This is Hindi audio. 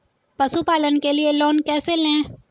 पशुपालन के लिए लोन कैसे लें?